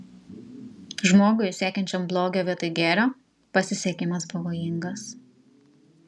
žmogui siekiančiam blogio vietoj gėrio pasisekimas pavojingas